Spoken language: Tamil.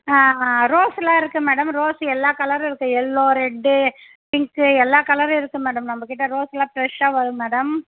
ஆ ரோஸ்ஸுலாம் இருக்குது மேடம் ரோஸ் எல்லா கலரும் இருக்குது எல்லோ ரெட்டு பிங்க்கு எல்லா கலரும் இருக்குது மேடம் நம்மகிட்ட ரோஸ்ஸுலாம் ஃப்ரெஷ்ஷாக வரும் மேடம்